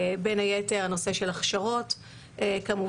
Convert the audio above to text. בין היתר הנושא של הכשרות כמובן,